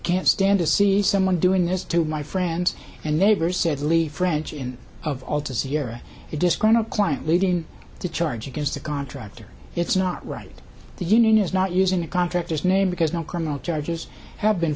can't stand to see someone doing this to my friends and neighbors said lee french in of all to sierra a disgruntled client leading the charge against a contractor it's not right the union is not using the contractors name because no criminal charges have been